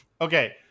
Okay